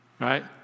right